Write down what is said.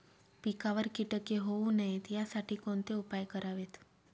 पिकावर किटके होऊ नयेत यासाठी कोणते उपाय करावेत?